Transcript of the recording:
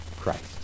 Christ